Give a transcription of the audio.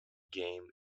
game